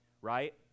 right